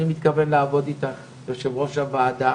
אני מתכוון לעבוד איתך יושב ראש הוועדה,